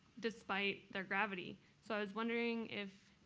despite their gravity. so i was wondering if